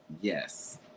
yes